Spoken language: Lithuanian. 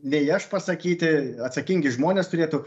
nei aš pasakyti atsakingi žmonės turėtų